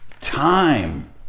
time